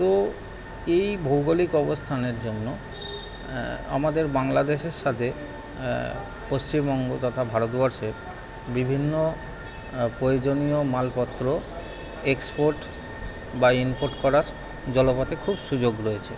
তো এই ভৌগোলিক অবস্থানের জন্য আমাদের বাংলাদেশের সাথে পশ্চিমবঙ্গ তথা ভারতবর্ষে বিভিন্ন প্রয়োজনীয় মালপত্র এক্সপোর্ট বা ইমপোর্ট করার জলপথে খুব সুযোগ রয়েছে